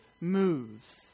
moves